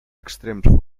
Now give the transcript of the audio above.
extrems